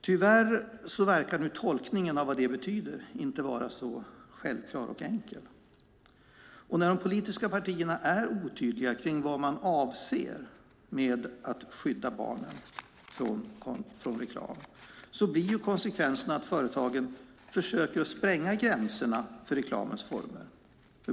Tyvärr verkar nu tolkningen av vad det betyder inte vara så självklar och enkel. När de politiska partierna är otydliga med vad de avser med att skydda barnen från reklam blir konsekvensen att företagen försöker spränga gränserna för reklamens former.